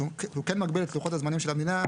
הוא כן מגביל את לוחות הזמנים של המדינה.